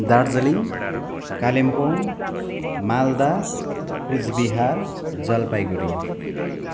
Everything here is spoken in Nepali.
दार्जिलिङ कालिम्पोङ मालदा कुचबिहार जलपाइगुडी